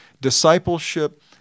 discipleship